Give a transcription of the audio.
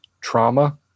trauma